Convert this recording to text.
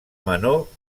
menor